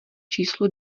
číslu